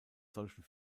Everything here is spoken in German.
solchen